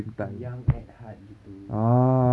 young at heart gitu